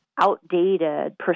outdated